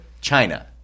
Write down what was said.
China